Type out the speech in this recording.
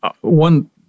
One